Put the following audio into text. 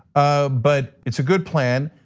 ah but it's a good plan.